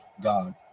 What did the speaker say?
God